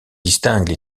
distingue